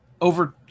Over